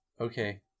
Okay